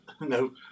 no